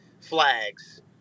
flags